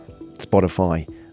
Spotify